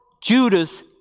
Judas